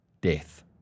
death